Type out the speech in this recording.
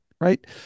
right